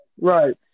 Right